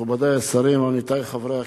מכובדי השרים, עמיתי חברי הכנסת,